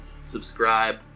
subscribe